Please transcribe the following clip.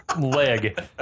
leg